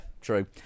true